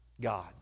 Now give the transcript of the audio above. God